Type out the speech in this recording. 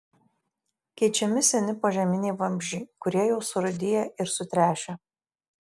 keičiami seni požeminiai vamzdžiai kurie jau surūdiję ir sutręšę